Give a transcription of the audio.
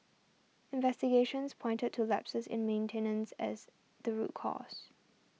investigations pointed to to lapses in maintenance as the root cause